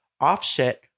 offset